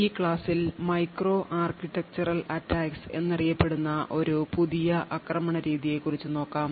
ഈ ക്ലാസിൽ micro architectural attacks എന്നറിയപ്പെടുന്ന ഒരു പുതിയ ആക്രമണ രീതിയെകുറിച്ചു നോക്കാം